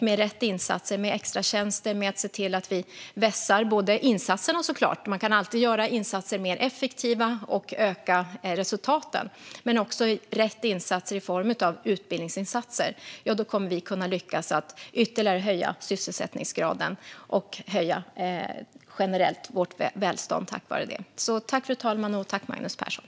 Med rätt insatser, med extratjänster, genom att se till att vi vässar insatserna - för man kan alltid göra insatser mer effektiva - och genom att öka resultaten med rätt insatser i form av utbildning kommer vi att kunna lyckas att ytterligare höja sysselsättningsgraden och tack vare detta höja vårt välstånd generellt.